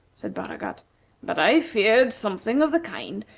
said baragat but i've feared something of the kind,